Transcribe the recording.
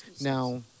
Now